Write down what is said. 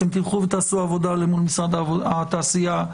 אתם תלכו ותעשו עבודה למול משרד הכלכלה והתעשייה.